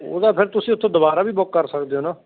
ਉਹ ਤਾਂ ਫਿਰ ਤੁਸੀਂ ਉੱਥੋਂ ਦੁਬਾਰਾ ਵੀ ਬੁੱਕ ਕਰ ਸਕਦੇ ਹੋ ਨਾ